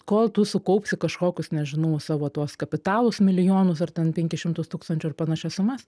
kol tu sukaupsi kažkokius nežinau savo tuos kapitalus milijonus ar ten penkis šimtus tūkstančių ir panašias sumas